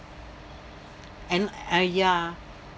and ah ya